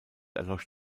erlosch